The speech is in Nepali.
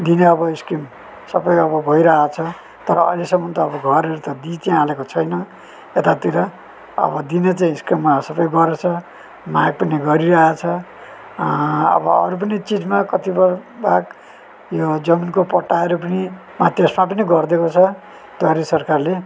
दिने अब स्किम सबै अब भइरहेको छ तर अहिलेसम्म त घरहरू चाहिँ अब दिइ चाहिँ हालेको छैन एतातिर अब दिने चाहिँ स्किममा सबै गर्छ माया पनि गरिरहेछ अब अरू पनि चिजमा कति प्रब भाग यो जमिनको पट्टाहरू पनि त्यसमा पनि गरिदिएको छ द्वारे सरकारले